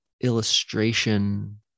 illustration